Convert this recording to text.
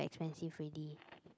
expensive already